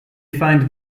find